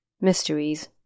mysteries